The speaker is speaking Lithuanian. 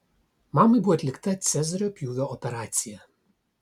mamai buvo atlikta cezario pjūvio operacija